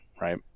right